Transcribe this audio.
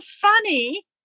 funny